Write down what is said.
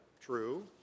True